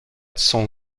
son